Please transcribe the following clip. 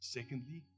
Secondly